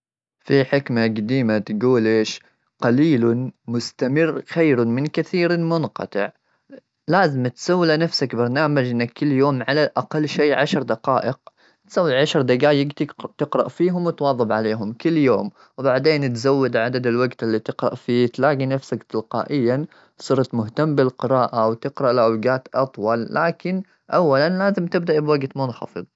في حكمة قديمة تقول إيش: "قليل مستمر خير من كثير منقطع." لازم تسوي لنفسك برنامج إنه كل يوم، على الأقل شيء عشر دقائق. تسوي عشر دجايج تقرأ فيهم وتواظب عليهم كل يوم. وبعدين تزود عدد الوقت اللي تقرأ فيه، تلاقي نفسك تلقائيا صرت مهتم بالقراءة وتقرأ لأوجات أطول، ولكن أولا لازم تبدأ بوقت منخفظ.